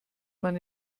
man